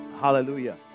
Hallelujah